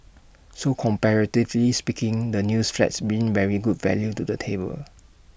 so comparatively speaking the new flats bring very good value to the table